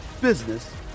business